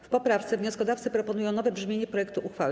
W poprawce wnioskodawcy proponują nowe brzmienie projektu uchwały.